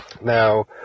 now